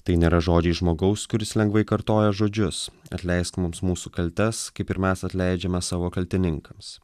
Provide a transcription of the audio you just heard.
tai nėra žodžiai žmogaus kuris lengvai kartoja žodžius atleisk mums mūsų kaltes kaip ir mes atleidžiame savo kaltininkams